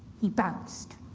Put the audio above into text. he bounced,